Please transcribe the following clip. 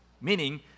meaning